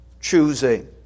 choosing